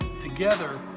Together